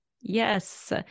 Yes